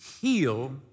heal